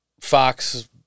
Fox